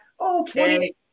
okay